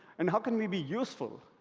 and how can we be useful.